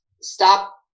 stop